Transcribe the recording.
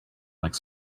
like